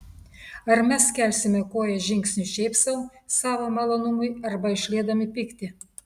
ar mes kelsime koją žingsniui šiaip sau savo malonumui arba išliedami pyktį